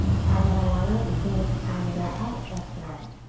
find that alignment and fingertips are going to go out left to right.